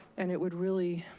and it would really,